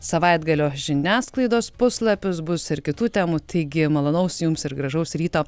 savaitgalio žiniasklaidos puslapius bus ir kitų temų taigi malonaus jums ir gražaus ryto